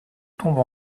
tombe